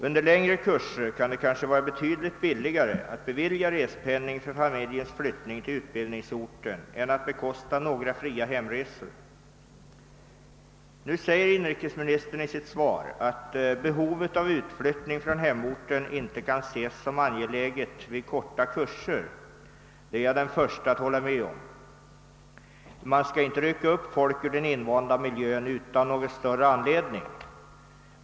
Under längre kurser kan det kanske vara betydligt billigare att bevilja respenning för familjens flyttning till utbildningsorten än att bekosta några fria hemresor. Nu säger inrikesministern i sitt svar att behovet av utflyttning från hemorten inte kan anses som angeläget vid korta kurser. Det är jag den förste att hålla med om. Man skall inte rycka upp folk ur den invanda miljön utan någon större anledning.